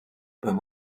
beim